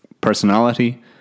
personality